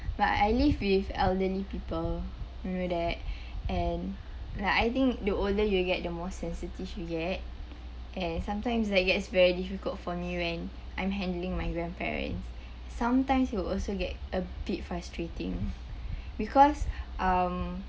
but I live with elderly people you know that and like I think the older you get the more sensitive you get and sometimes that gets very difficult for me when I'm handling my grandparents sometimes you will also get a bit frustrating because um